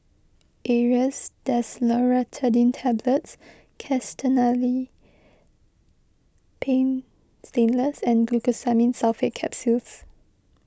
Aerius DesloratadineTablets Castellani's Paint Stainless and Glucosamine Sulfate Capsules